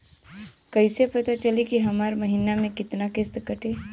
कईसे पता चली की हमार महीना में कितना किस्त कटी?